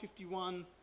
51